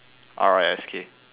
R I S K